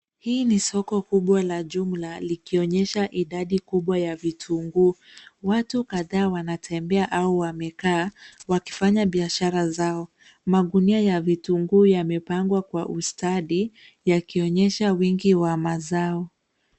Hii ni soko kubwa la jumla likionyesha idadi kubwa ya vitunguu. Watu kadhaa wanatembea au wamekaa wakifanya biaashara zao. Magunia ya vitunguu yamepangwa kwa ustadi yakionyesha wingi wa mazao.